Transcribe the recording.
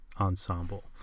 ensemble